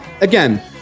Again